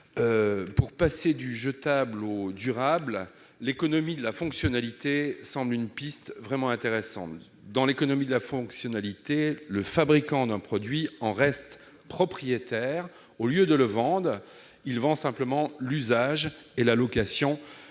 Pour passer du jetable au durable, l'économie de la fonctionnalité semble une piste vraiment intéressante. Dans l'économie de la fonctionnalité, le fabricant d'un produit en reste propriétaire : au lieu de le vendre, il loue simplement un usage, un